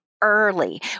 early